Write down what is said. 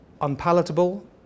unpalatable